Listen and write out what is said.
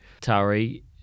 Tari